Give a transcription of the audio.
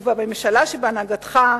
ובממשלה שבהנהגתך,